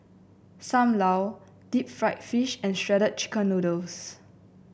Sam Lau Deep Fried Fish and Shredded Chicken Noodles